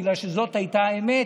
בגלל שזאת הייתה האמת,